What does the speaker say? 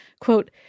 Quote